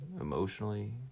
emotionally